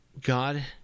God